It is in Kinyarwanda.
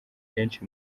kenshi